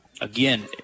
Again